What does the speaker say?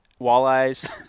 walleyes